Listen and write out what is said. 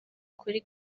kuri